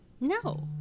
no